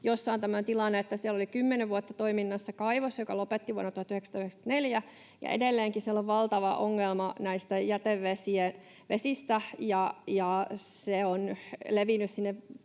jossa on tämä tilanne, että siellä oli kymmenen vuotta toiminnassa kaivos, joka lopetti vuonna 1994, ja edelleenkin siellä on valtava ongelma näistä jätevesistä. Se on levinnyt